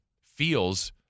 feels